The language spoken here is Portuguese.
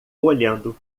olhando